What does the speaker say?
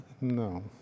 No